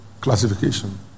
classification